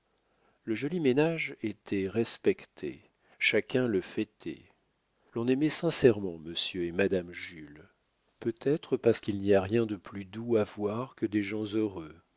le joli ménage était respecté chacun le fêtait l'on aimait sincèrement monsieur et madame jules peut-être parce qu'il n'y a rien de plus doux à voir que des gens heureux